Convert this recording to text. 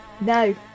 no